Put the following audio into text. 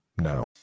No